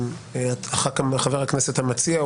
חבר הכנסת המציע,